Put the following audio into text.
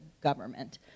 government